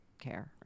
care